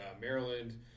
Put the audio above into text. Maryland